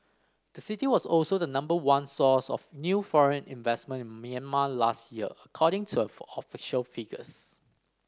the city was also the number one source of new foreign investment in Myanmar last year according to official figures